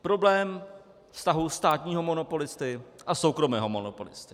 Problém vztahu státního monopolisty a soukromého monopolisty.